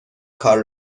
کار